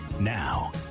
Now